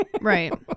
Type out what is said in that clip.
Right